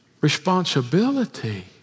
responsibility